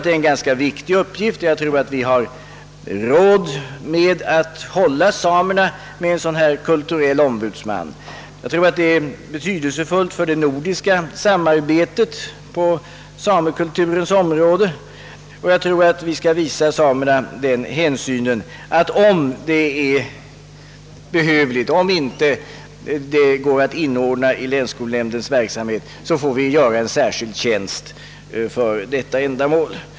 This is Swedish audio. Det är en viktig uppgift, och jag tror att vi har råd att hålla samerna med en kulturell ombudsman — det är betydelsefullt bl.a. för det nordiska samarbetet på samekulturens område. Om det inte går att inordna en sådan uppgift i länsskolnämndens verksamhet, tycker jag att vi bör visa samerna den hänsynen att inrätta en särskild tjänst för detta ändamål.